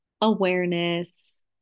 awareness